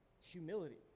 humility